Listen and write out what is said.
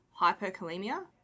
hyperkalemia